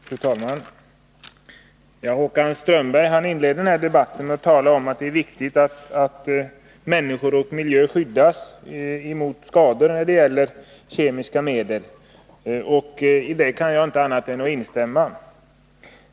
Fru talman! Håkan Strömberg inledde denna debatt med att tala om att det är viktigt att människor och miljö skyddas mot skador genom kemiska medel. Jag kan inte annat än instämma i det.